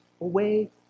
away